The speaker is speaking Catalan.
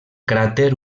cràter